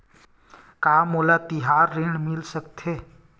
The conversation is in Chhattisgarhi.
का मोला तिहार ऋण मिल सकथे?